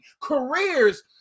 Careers